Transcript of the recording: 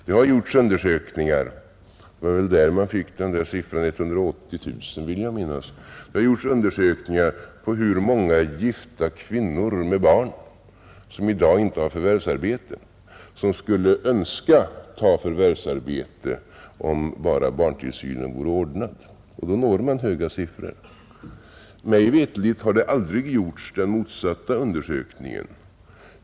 Det har gjorts undersökningar — det var väl där man fick siffran 180 000, vill jag minnas — om hur många gifta kvinnor med barn som i dag inte har förvärvsarbete men som skulle önska ta förvärvsarbete, om bara barntillsynen vore ordnad. Då når man höga siffror. Mig veterligt har man aldrig gjort den motsatta undersökningen.